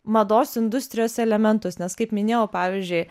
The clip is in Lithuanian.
mados industrijos elementus nes kaip minėjau pavyzdžiui